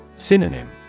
Synonym